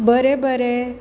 बरें बरें